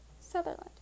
sutherland